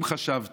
אם חשבת